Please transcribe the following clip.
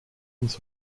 uns